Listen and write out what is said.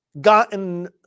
gotten